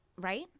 right